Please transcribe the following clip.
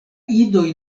idoj